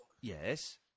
Yes